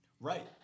Right